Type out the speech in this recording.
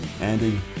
Andy